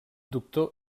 doctor